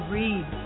read